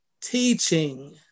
teaching